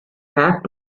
have